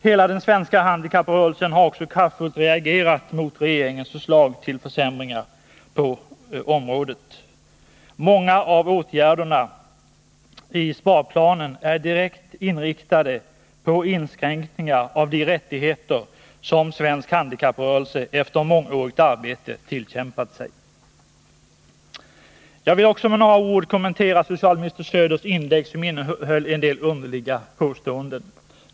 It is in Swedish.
Hela den svenska handikapprörelsen har också kraftfullt reagerat mot regeringens förslag till försämringar på området. Många av | åtgärderna i sparplanen är direkt inriktade på inskränkningar av de rättigheter som svensk handikapprörelse efter mångårigt arbete tillkämpat sig. Jag vill också med några ord kommentera socialminister Söders inlägg, som innehöll en del underliga påståenden.